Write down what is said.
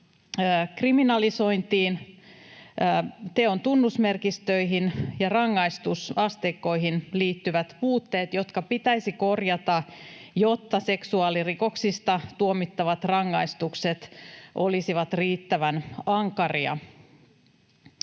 kriminalisointiin, teon tunnusmerkistöihin ja rangaistusasteikkoihin liittyviin puutteisiin, jotka pitäisi korjata, jotta seksuaalirikoksista tuomittavat rangaistukset olisivat riittävän ankaria.